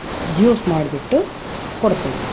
juice ಮಾಡಿಬಿಟ್ಟು ಕೊಡ್ತೇವೆ